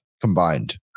Combined